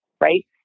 right